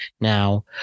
now